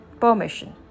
permission